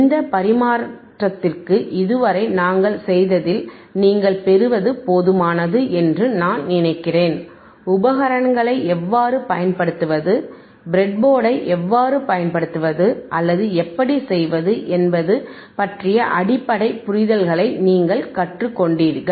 இந்த பரிமாற்றத்திற்கு இதுவரை நாங்கள் செய்ததில் நீங்கள் பெறுவது போதுமானது என்று நான் நினைக்கிறேன் உபகரணங்களை எவ்வாறு பயன்படுத்துவது ப்ரெட்போர்டை எவ்வாறு பயன்படுத்துவது அல்லது எப்படி செய்வது என்பது பற்றிய அடிப்படை புரிதல்களை நீங்கள் கற்றுக்கொண்டிருப்பீர்கள்